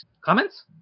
Comments